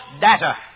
data